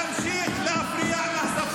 תמשיך להפריע מהספסל האחורי.